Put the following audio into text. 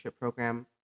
program